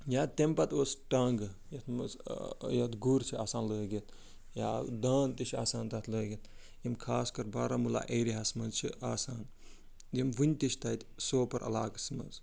یا تَمہِ پَتہٕ اوس ٹانٛگہٕ یتھ مَنٛز یتھ گُر چھ آسان لٲگِتھ یا دانٛد تہِ چھُ آسان تتھ لٲگِتھ یِم خاص کر بارہمولہ ایریاہَس مَنٛز چھِ آسان یِم وٕنہِ تہِ چھِ تتہِ سوٗپر علاقَس مَنٛز